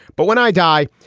but when i die,